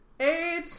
Eight